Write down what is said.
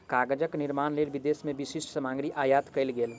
कागजक निर्माणक लेल विदेश से विशिष्ठ सामग्री आयात कएल गेल